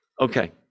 okay